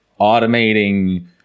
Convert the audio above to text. automating